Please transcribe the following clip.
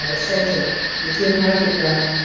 ah center between africa.